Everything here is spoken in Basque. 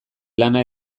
lana